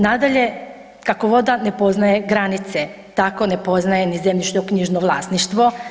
Nadalje, kako voda ne poznaje granice, tako ne poznaje ni zemljišnoknjižno vlasništvo.